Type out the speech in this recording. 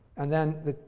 and then the